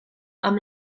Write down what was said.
amb